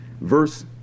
Verse